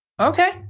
Okay